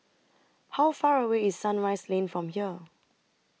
How Far away IS Sunrise Lane from here